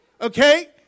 Okay